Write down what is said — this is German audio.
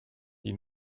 die